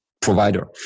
provider